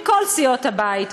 מכל סיעות הבית,